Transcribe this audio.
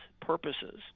purposes